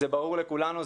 זה ברור לכולנו.